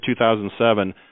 2007